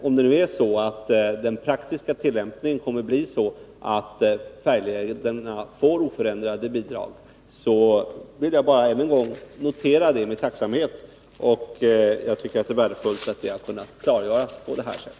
Om den praktiska tillämpningen kommer att bli sådan att färjelederna får oförändrade bidrag, vill jag än en gång notera detta med tacksamhet. Jag tycker det är värdefullt att det har kunnat klargöras på det här sättet.